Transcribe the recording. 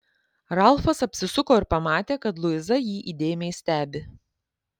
ralfas apsisuko ir pamatė kad luiza jį įdėmiai stebi